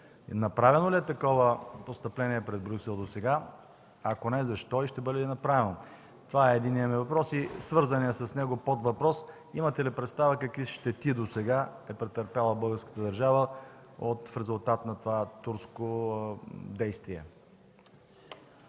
Направено ли е такова постъпление пред Брюксел досега? Ако – не, защо? И ще бъде ли направено? Това е единият ми въпрос. И свързаният с него подвъпрос: имате ли представа какви щети досега е претърпяла българската държава в резултат на това турско действие?